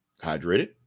hydrated